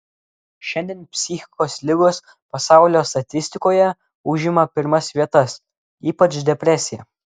šiandien psichikos ligos pasaulio statistikoje užima pirmas vietas ypač depresija